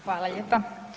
Hvala lijepa.